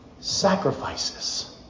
sacrifices